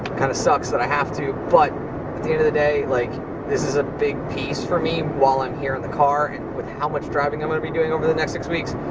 kind of sucks that i have to, but at the end of the day, like this is a big piece for me while i'm here in the car and with how much driving i'm gonna be doing over the next six weeks,